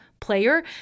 player